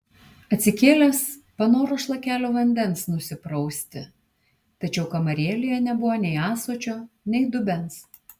atsikėlęs panoro šlakelio vandens nusiprausti tačiau kamarėlėje nebuvo nei ąsočio nei dubens